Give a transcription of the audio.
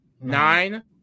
Nine